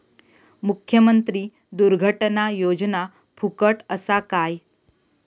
मुख्यमंत्री दुर्घटना योजना फुकट असा काय?